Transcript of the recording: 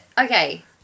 Okay